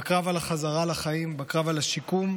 בקרב על החזרה לחיים, בקרב על השיקום,